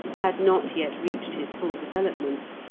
had not yet reached his full development.